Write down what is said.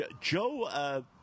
Joe